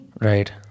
Right